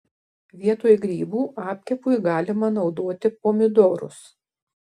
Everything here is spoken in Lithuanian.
vietoj grybų apkepui galima naudoti pomidorus